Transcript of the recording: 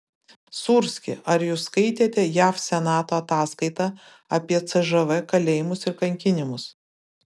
sūrski ar jūs skaitėte jav senato ataskaitą apie cžv kalėjimus ir kankinimus